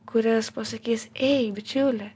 kuris pasakys ei bičiuli